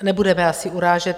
Nebudeme asi urážet.